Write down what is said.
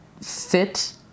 fit